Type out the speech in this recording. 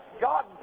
God